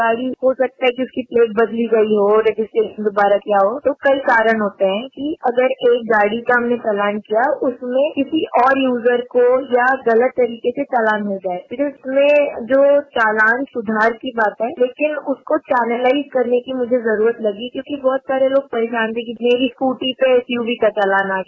गाड़ी हो सकता है कि इसकी प्लेट बदली गई हो या रजिस्ट्रेशन दोबारा किया हो तो कई कारण होते है कि अगर एक गाड़ी का हमने चालान किया उसमें किसी और यूजर को या गलत तरीके से चालान हो जाये फिर उसमें जो चालन सुधार की बाते लेकिन उसको चानलाईज करने की मुझे जरूरत लगी क्योंकि बहुत सारे लोग परेशान थे कि मेरी स्कूटी पे एसयूबी का चालन आ गया